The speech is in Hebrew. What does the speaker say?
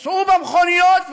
תיסעו במכוניות,